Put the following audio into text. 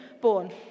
born